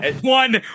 one